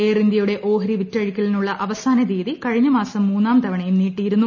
air ഇന്ത്യയുടെ ഓഹരി വിറ്റഴിക്കലിനുള്ള അവസാന തീയതി കഴിഞ്ഞ മാസം മൂന്നാം തവണയും നീട്ടിയിരുന്നു